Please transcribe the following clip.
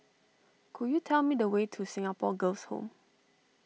could you tell me the way to Singapore Girls' Home